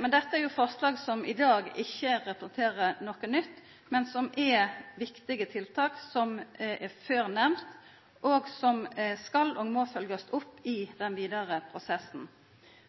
Men dette er forslag som i dag ikkje representerer noko nytt, men som er viktige tiltak som er nemnde før, og som skal og må følgjast opp i den vidare prosessen.